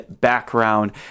background